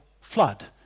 flood